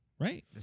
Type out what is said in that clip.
right